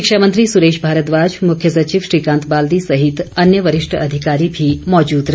शिक्षा मंत्री सुरेश भारद्वाज मुख्य सचिव श्रीकांत बाल्दी सहित अन्य वरिष्ठ अधिकारी भी मौजूद रहे